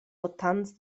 votants